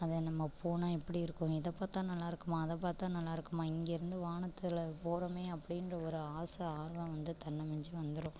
அது நம்ம போனால் எப்படி இருக்கும் இதை பார்த்தா நல்லாருக்குமா அதை பார்த்தா நல்லாருக்குமா இங்கேருந்து வானத்துல போகறோமே அப்படின்ற ஒரு ஆசை ஆர்வம் வந்து தன்னை மிஞ்சி வந்துரும்